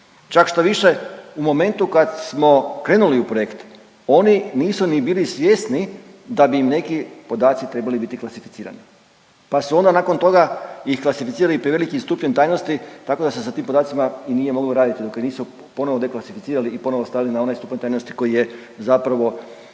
Čak štoviše, u momentu kad smo krenuli u projekt oni nisu ni bili svjesni da bi im neki podaci trebali biti klasificirani, pa su onda nakon toga ih klasificirali prevelikim stupnjem tajnosti, tako da se sa tim podacima i nije moglo raditi dok ih nisu ponovo deklasificirali i ponovo stavili na onaj stupanj tajnosti koji je zapravo